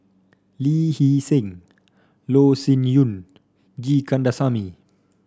Lee Hee Seng Loh Sin Yun G Kandasamy